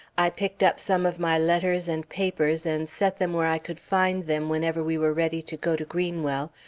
i picked up some of my letters and papers and set them where i could find them whenever we were ready to go to greenwell,